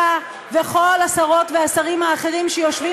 אתה וכל השרות והשרים האחרים שיושבים